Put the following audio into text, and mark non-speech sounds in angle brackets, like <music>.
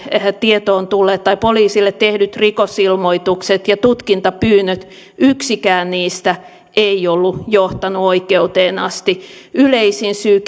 tietoon tulleet tai poliisille tehdyt rikosilmoitukset ja tutkintapyynnöt yksikään niistä ei ollut johtanut oikeuteen asti yleisin syy <unintelligible>